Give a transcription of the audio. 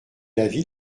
l’avis